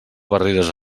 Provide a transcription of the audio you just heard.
barreres